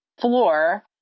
floor